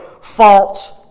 false